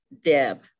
Deb